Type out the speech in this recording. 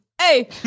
Hey